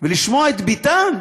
ולשמוע את ביטן.